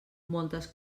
moltes